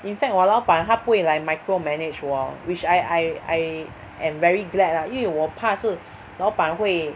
in fact 我老板他不会 like micromanage 我 which I I I am very glad lah 因为我怕是老板会